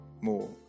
more